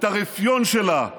את הרפיון שלה,